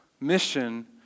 mission